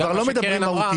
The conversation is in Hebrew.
הם כבר לא מדברים מהותית.